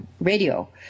radio